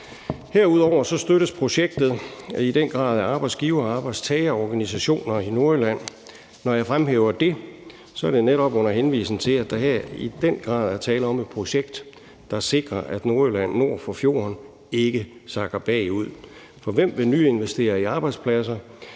Herudover støttes projektet i den grad af arbejdsgivere og arbejdstagerorganisationer i Nordjylland, og når jeg fremhæver det, er det netop under henvisning til, at der her i den grad er tale om et projekt, der sikrer, at Nordjylland nord for fjorden ikke sakker bagud. For hvem vil nyinvestere i arbejdspladser